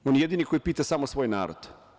On je jedini koji pita samo svoj narod.